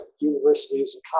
universities